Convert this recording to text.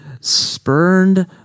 spurned